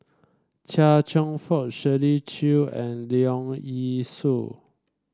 Chia Cheong Fook Shirley Chew and Leong Yee Soo